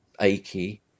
achy